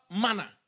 manner